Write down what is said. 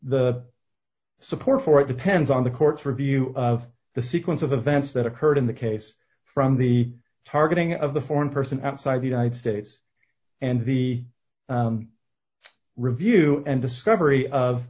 the support for it depends on the court's review of the sequence of events that occurred in the case from the targeting of the foreign person outside the united states and the review and discovery of